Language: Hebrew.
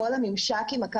כל הדינמיקה המורכבת --- תודה,